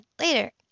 later